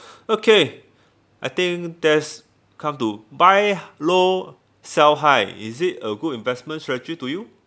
okay I think there's come to buy low sell high is it a good investment strategy to you